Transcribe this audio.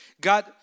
God